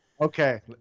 Okay